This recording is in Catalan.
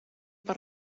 per